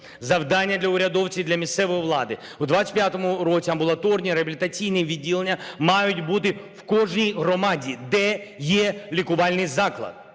Завдання для урядовців, для місцевої влади у 25-му році амбулаторні реабілітаційні відділення мають бути в кожній громаді, де є лікувальний заклад.